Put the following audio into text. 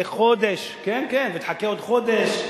ותחכה חודש, כן, כן, ותחכה עוד חודש.